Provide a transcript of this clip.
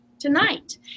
Tonight